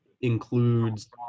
includes